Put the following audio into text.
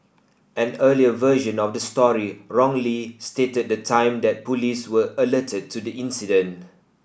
an earlier version of the story wrongly stated the time that police were alerted to the incident